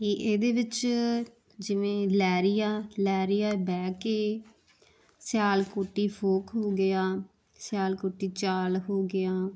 ਕਿ ਇਹਦੇ ਵਿੱਚ ਜਿਵੇਂ ਲਹਿਰੀਆ ਲਹਿਰੀਆ ਬਹਿ ਕੇ ਸਿਆਲਕੋਟੀ ਫੋਕ ਹੋ ਗਿਆ ਸਿਆਲਕੋਟੀ ਚਾਲ ਹੋ ਗਿਆ